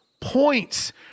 points